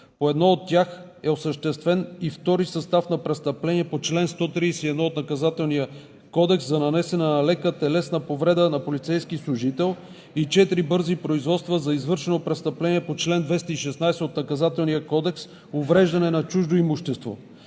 по едно от тях е осъществен и втори състав на престъпление по чл. 131 от Наказателния кодекс за нанесена лека телесна повреда на полицейски служител и четири бързи производства за извършено престъпление по чл. 216 от Наказателния кодекс – увреждане на чуждо имущество.